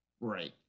right